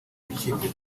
b’ikipe